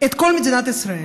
את כל מדינת ישראל.